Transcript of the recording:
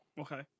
Okay